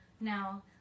Now